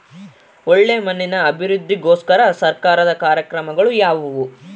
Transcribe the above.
ಒಳ್ಳೆ ಮಣ್ಣಿನ ಅಭಿವೃದ್ಧಿಗೋಸ್ಕರ ಸರ್ಕಾರದ ಕಾರ್ಯಕ್ರಮಗಳು ಯಾವುವು?